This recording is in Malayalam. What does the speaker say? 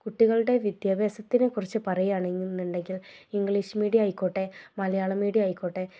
കുട്ടികളുടെ വിദ്യാഭ്യാസത്തിനെക്കുറിച്ച് പറയുകയാണെന്നുണ്ടെങ്കിൽ ഇംഗ്ലീഷ് മീഡിയം ആയിക്കോട്ടെ മലയാളം മീഡിയം ആയിക്കോട്ടെ